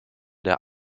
der